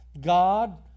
God